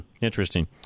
Interesting